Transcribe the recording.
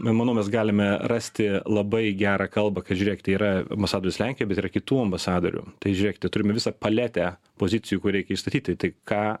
nemanau mes galime rasti labai gerą kalbą kad žiūrėkit tai yra ambasadorius lenkijoj bet yra kitų ambasadorių tai žiūrėkit turime visą paletę pozicijų kur reikia įstatyti tai ką